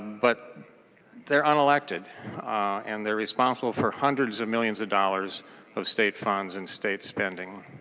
but there unelected and they're responsible for hundreds of millions of dollars of state funds and state spending.